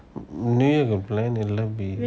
new year got plan இல்ல:illa B